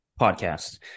Podcast